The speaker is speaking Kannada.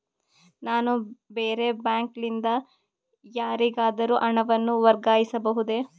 ನಾನು ಬೇರೆ ಬ್ಯಾಂಕ್ ಲಿಂದ ಯಾರಿಗಾದರೂ ಹಣವನ್ನು ವರ್ಗಾಯಿಸಬಹುದೇ?